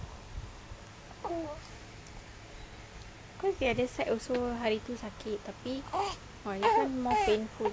cause the other side also hari tu sakit tapi orh this [one] more painful